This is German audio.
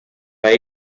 bei